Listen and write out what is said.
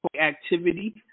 activity